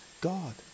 God